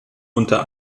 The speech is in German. unter